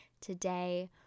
today